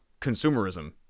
consumerism